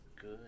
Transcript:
good